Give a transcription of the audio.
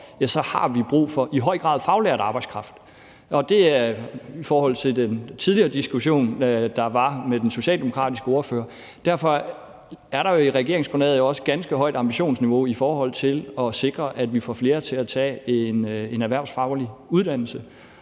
så har vi i høj grad brug for faglært arbejdskraft. Det er i forhold til den tidligere diskussion, der var med den socialdemokratiske ordfører. Derfor er der jo i regeringsgrundlaget også et ganske højt ambitionsniveau i forhold til at sikre, at vi får flere til at tage en erhvervsfaglig uddannelse,